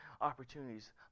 opportunities